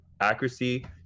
accuracy